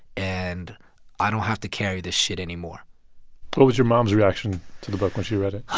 and i don't have to carry this shit anymore what was your mom's reaction to the book when she read it?